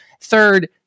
Third